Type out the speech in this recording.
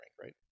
right